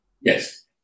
Yes